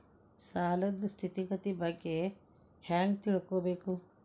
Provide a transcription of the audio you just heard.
ಸಾಲದ್ ಸ್ಥಿತಿಗತಿ ಬಗ್ಗೆ ಹೆಂಗ್ ತಿಳ್ಕೊಬೇಕು?